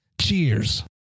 Cheers